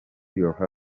your